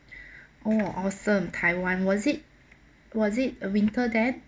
oh awesome taiwan was it was it a winter then